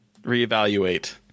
reevaluate